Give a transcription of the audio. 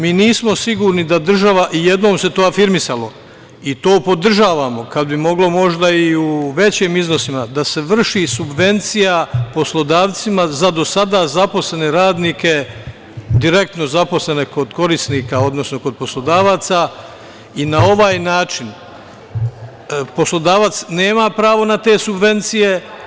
Mi nismo sigurni da država, i jednom se to afirmisalo, i to podržavamo, kad bi mogla možda i u većim iznosima da se vrši subvencija poslodavcima za do sada zaposlene radnike, direktno zaposlene kod korisnika, odnosno kod poslodavaca i na ovaj način poslodavac nema pravo na te subvencije.